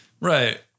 Right